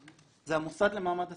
זה המוסד למעמד השחקן.